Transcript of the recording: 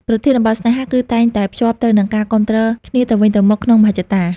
ប្រធានបទស្នេហា គឺតែងតែភ្ជាប់ទៅនឹងការគាំទ្រគ្នាទៅវិញទៅមកក្នុងមហិច្ឆតា